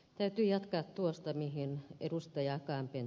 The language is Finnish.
täytyy jatkaa tuosta mihin ed